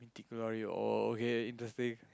glory okay interesting